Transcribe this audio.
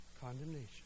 Condemnation